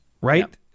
Right